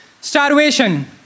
Starvation